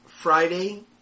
Friday